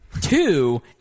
two